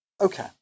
Okay